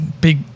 big